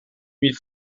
mille